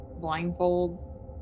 blindfold